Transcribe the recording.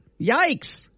Yikes